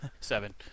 Seven